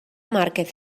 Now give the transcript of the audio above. márquez